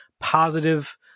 positive